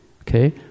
Okay